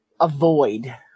avoid